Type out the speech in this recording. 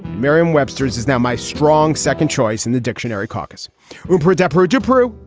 merriam webster's is now my strong second choice in the dictionary caucus room for adepero to brew.